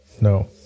No